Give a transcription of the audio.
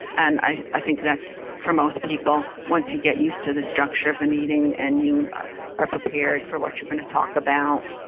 and i i think that's for most people, once you get used to the structure of the meeting and you are prepared for what you're gonna talk about,